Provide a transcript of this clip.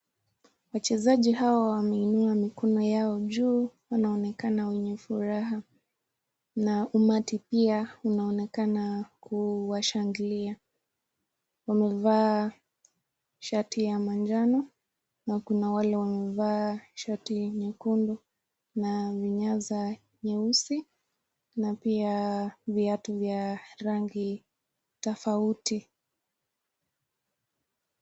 Wachezaji hawa wameinua mkono yao juu wanaonekana wenye furaha . Na umati pia inaonekana kuwashangilia. Wamevaa shati ya manjano na kuna wale wamevaa shati nyekundu na vinyaza nyeusi, na pia viatu vya rangi tofauti.